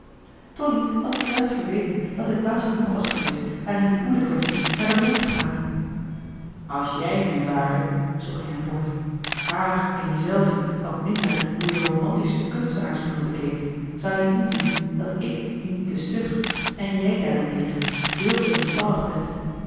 tonie had zich juist verweten dat hij dwaas genoeg was gemarcellus emants een drietal novellen weest haar in die hoedenquaestie naar den mond te praten als jij mijn waarde zoo ging hij voort haar en je zelven wat minder door je romantische kunstenaarsbril bekeekt zou je inzien dat ik niet te stug en jij daarentegen veel te lieftallig bent